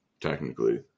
technically